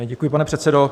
Děkuji, pane předsedo.